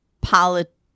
politics